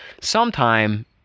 sometime